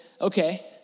okay